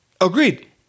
Agreed